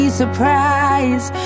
surprise